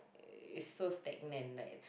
it's so stagnant right